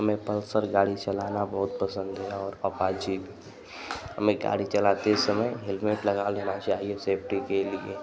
हमें पल्सर गाड़ी चलाना बहुत पसन्द है और अपाची हमें गाड़ी चलाते समय हेलमेट लगा लेना चाहिए सेफ्टी के लिए